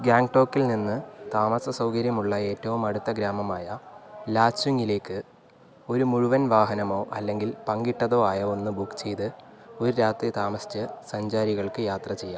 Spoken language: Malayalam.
ഗാംഗ്ടോക്കിൽ നിന്ന് താമസ സൗകര്യമുള്ള ഏറ്റവും അടുത്ത ഗ്രാമമായ ലാച്ചുങ്ങിലേക്ക് ഒരു മുഴുവൻ വാഹനമോ അല്ലെങ്കിൽ പങ്കിട്ടതോ ആയ ഒന്ന് ബുക്ക് ചെയ്ത് ഒരു രാത്രി താമസിച്ച് സഞ്ചാരികൾക്ക് യാത്ര ചെയ്യാം